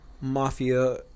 mafia